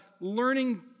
learning